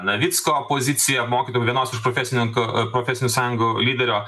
navicko poziciją mokytojų vienos iš profesininkų profesinių sąjungų lyderio